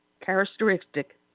characteristic